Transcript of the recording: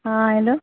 ہاں ہیلو